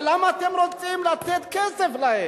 אבל למה אתם רוצים לתת כסף להם?